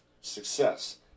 success